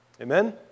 Amen